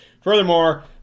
Furthermore